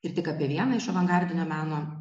ir tik apie vieną iš avangardinio meno